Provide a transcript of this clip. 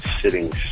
sitting